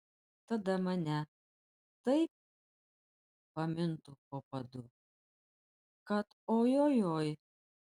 tada mane taip pamintų po padu kad ojojoi